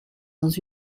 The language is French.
dans